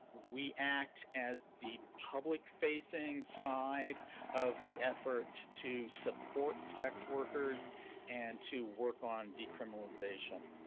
we act as the public facing side of the effort to support sex workers and to work on decriminalization.